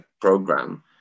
program